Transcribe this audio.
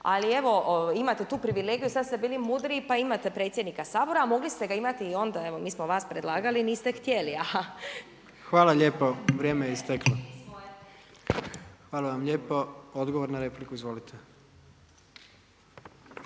ali evo imate tu privilegiju, sada ste bili mudriji pa imate predsjednika Sabora a mogli ste ga imati i onda, evo mi smo vas predlagali, niste htjeli. …/Upadica Jandroković: Hvala lijepo, vrijeme je